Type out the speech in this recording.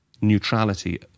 neutrality